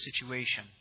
situation